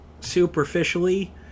superficially